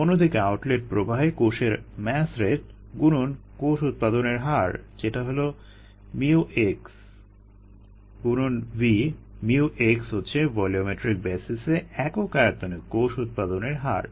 অন্যদিকে আউটলেট প্রবাহে কোষের মাস রেট গুণন কোষ উৎপাদনের হার যেটা হলো mu x গুণন V mu x হচ্ছে ভলিওমেট্রিক বেসিসে একক আয়তনে কোষ উৎপাদনের হার